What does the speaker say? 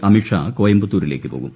അമിത് ഷാ കോയമ്പത്തൂരിലേക്ക് പോകും